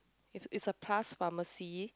it's it's a plus pharmacy